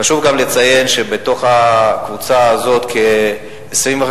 חשוב גם לציין שבתוך הקבוצה הזאת כ-25%